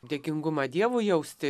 dėkingumą dievui jausti